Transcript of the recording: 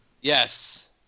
yes